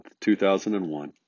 2001